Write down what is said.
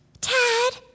Tad